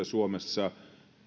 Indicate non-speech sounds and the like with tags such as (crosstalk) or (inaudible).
(unintelligible) suomessa